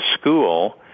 school